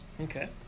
Okay